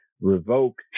revoked